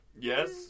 Yes